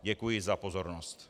Děkuji za pozornost.